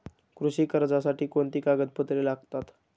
कृषी कर्जासाठी कोणती कागदपत्रे लागतात?